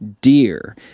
dear